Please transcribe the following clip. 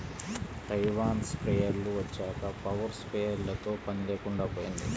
Taiwan స్ప్రేయర్లు వచ్చాక power స్ప్రేయర్లతో పని లేకుండా పోయింది